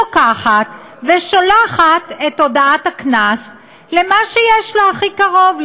לוקחת ושולחת את הודעת הקנס למה שיש לה הכי קרוב,